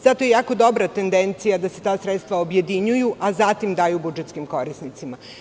Sada je to jako dobra tendencija da se ta sredstva objedinjuju, a zatim daju budžetskim korisnicima.